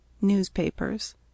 newspapers